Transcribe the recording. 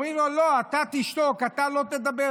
אומרים לו: לא, אתה תשתוק, אתה לא תדבר.